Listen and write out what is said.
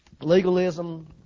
Legalism